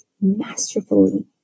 masterfully